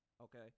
okay